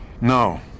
No